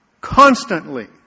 constantly